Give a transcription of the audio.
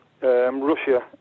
Russia